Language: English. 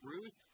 Ruth